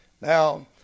Now